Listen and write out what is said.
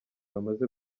bamaze